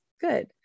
good